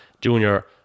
junior